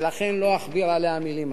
ולכן לא אכביר עליה מלים היום.